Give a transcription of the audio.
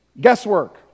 guesswork